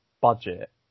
budget